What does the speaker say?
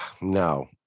No